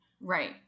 Right